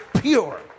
pure